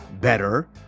better